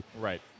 right